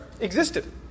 existed